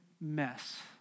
mess